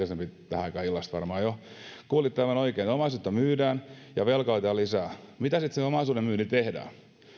aikaan illasta varmaan jo kuulitte aivan oikein omaisuutta myydään ja velkaa otetaan lisää mitä sillä omaisuuden myynnillä sitten tehdään